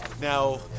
Now